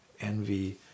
envy